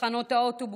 בתחנות האוטובוס,